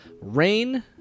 Rain